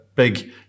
Big